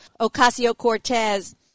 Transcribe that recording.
Ocasio-Cortez